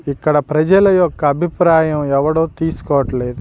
ఇక్కడ ప్రజల యొక్క అభిప్రాయం ఎవడో తీసుకోవట్లేదు